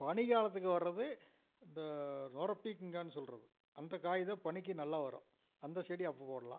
பனி காலத்துக்கு வர்றது இந்த நொரை பீர்க்கங்கான்னு சொல்கிறது அந்த காய் தான் பனிக்கு நல்லா வரும் அந்த செடி அப்போ போடலாம்